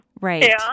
Right